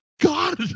god